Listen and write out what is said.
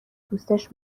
دوستش